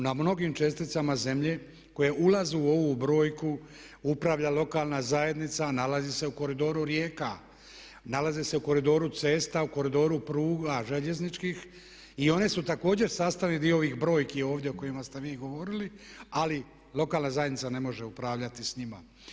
Na mnogim česticama zemlje koje ulaze u ovu brojku upravlja lokalna zajednica a nalaze se u koridoru rijeka, nalaze se u koridoru cesta, u koridoru pruga željezničkih i one su također sastavni dio ovih brojki ovdje o kojima ste vi govorili ali lokalna zajednica ne može upravljati s njima.